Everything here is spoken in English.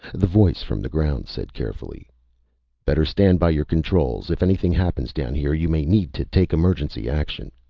the voice from the ground said carefully better stand by your controls. if anything happens down here you may need to take emergency action.